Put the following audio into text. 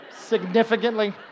significantly